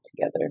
together